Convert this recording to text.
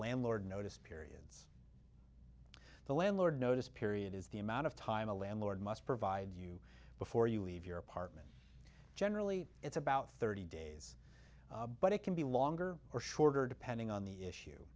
landlord notice period the landlord notice period is the amount of time a landlord must provide you before you leave your apartment generally it's about thirty days but it can be longer or shorter depending on the issue